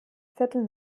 viertel